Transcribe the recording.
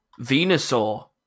venusaur